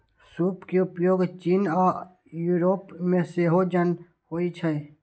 सूप के उपयोग चीन आ यूरोप मे सेहो होइ छै